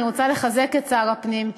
אני רוצה לחזק את שר הפנים,